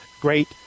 great